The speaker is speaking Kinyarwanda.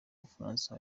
bufaransa